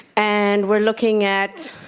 and we're looking at